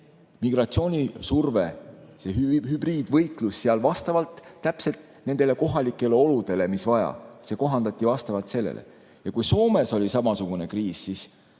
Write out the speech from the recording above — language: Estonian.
migratsioonisurve, see hübriidvõitlus seal vastavalt täpselt nendele kohalikele oludele, see kohandati sellele. Ja kui Soomes oli samasugune kriis, see